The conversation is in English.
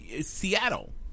seattle